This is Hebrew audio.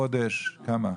חודש, כמה?